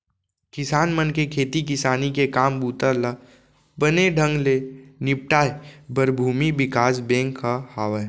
किसान मन के खेती किसानी के काम बूता ल बने ढंग ले निपटाए बर भूमि बिकास बेंक ह हावय